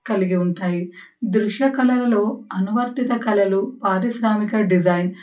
కలిగి ఉంటాయి దృశ్యకళలలో అనువర్తిత కళలు పారిశ్రామిక డిజైన్